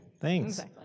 thanks